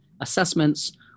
assessments